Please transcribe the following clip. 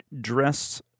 dress